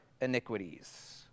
iniquities